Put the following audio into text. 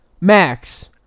Max